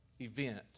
event